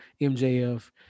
MJF